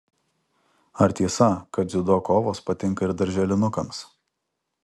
ar tiesa kad dziudo kovos patinka ir darželinukams